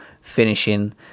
finishing